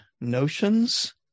notions